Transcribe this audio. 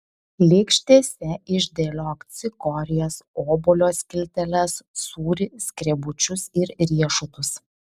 lėkštėse išdėliok cikorijas obuolio skilteles sūrį skrebučius ir riešutus